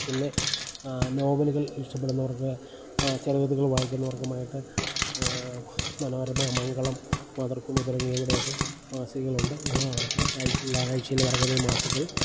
പിന്നെ നോവലുകൾ ഇഷ്ടപ്പെടുന്നവർക്ക് ചെറുകഥകൾ വായിക്കുന്നവർക്കുമായിട്ട് മനോരമ മംഗളം മാതൃഭൂമി തുടങ്ങിയ ഇവിടെയൊക്കെ മാസികകൾ ഉണ്ട് ആഴ്ചയിൽ ആഴ്ചയിൽ ഇറങ്ങുന്ന മാസികകൾ